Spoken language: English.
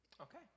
Okay